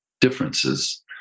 differences